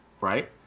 Right